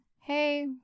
hey